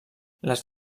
les